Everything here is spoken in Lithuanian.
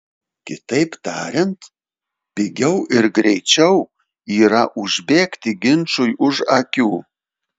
kitaip tariant pigiau ir greičiau yra užbėgti ginčui už akių